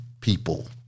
people